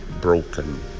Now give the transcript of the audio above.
broken